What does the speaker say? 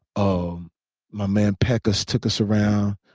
um my man packus took us around.